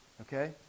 okay